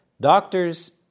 Doctors